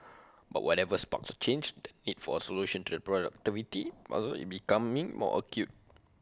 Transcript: but whatever sparks A change the need for A solution to the productivity puzzle is becoming more acute